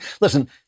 Listen